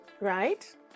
Right